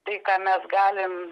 tai ką mes galim